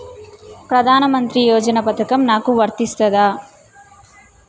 ప్రధానమంత్రి యోజన పథకం నాకు వర్తిస్తదా?